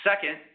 Second